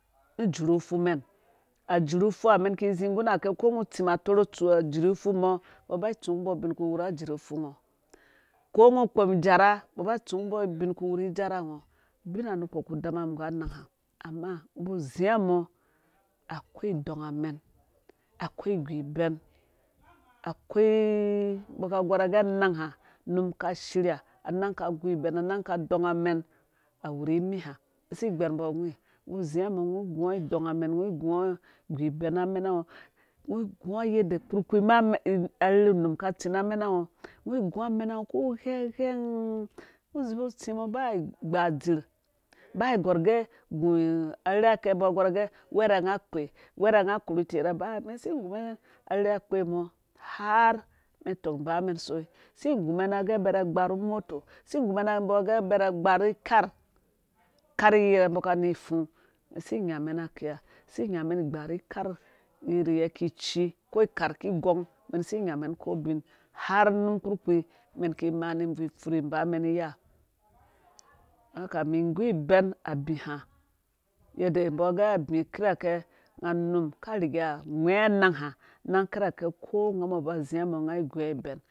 Nu jurufumɛn ajurufu ha umɛn ki izi nggu nake. ko ungo utsim atorha utsu. ajurufu mɔ umbɔ ba itsu mbɔ ubin ku uwura ajuru fungo ko ungo ukpɔm ijara umbɔ ba atsu mbɔ ubin ku wuru ijara ngo ubina ku dama nggu anang ha ama akoi idɔngamɛn akoi igu ibɛn akoi umbɔ akaa agor agek anang ha unum ka shirya anang ka agu ibɛn anang ka dɔngamɛn awurimi ha si igbɛrmbɔ angwi ungo uzi mɔ ungo iguɔ idɔngamɛn ungo iguɔ yende kpurkpi ma arherhu num ka tsi na amɛnango ungo igu amɛnango kighɛghɛng ba igbadzirh ba igɔr ugɛ ugu arherha kɛ umbɔ agɔr agɛ uwɛrɛ unga akpe uwɛrɛ unga akoru itiyɛrɛ ba umɛn si igu mɛn. arherha akpe mɔ har umɛn tong inbmɛn usoi si igumɛn agɛ abɛrɛ agba ru umoto si igumɛn umbo gɛ abɛrɛ agbariikar ikaryiryɛ umbɔ kani ifu unmɛn si inya aki ha si inyamɛn igbanri ikar yiryɛ ki ci ko ikar ki gong umɛn si inyamɛn ko bin har unum kpurkpi umɛn ki imea ni bvui ipfuri inbamɛn ni iya umum igu ibɛn abi ha yede umbɔ agɛ abi kirakɛ unga unum ka rega angwɛɛ anang ha anang kirakɛ ko unga mɔ ba zinga mo unga igungaibɛn